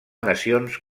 nacions